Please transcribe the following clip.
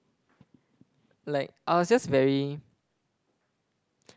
like I was just very